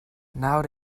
nawr